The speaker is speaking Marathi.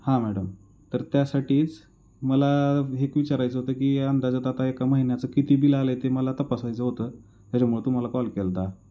हां मॅडम तर त्यासाठीच मला एक विचारायचं होतं की अंदाजात आता एका महिन्याचं किती बिल आलं आहे ते मला तपासायचं होतं त्याच्यामुळं तुम्हाला कॉल केला होता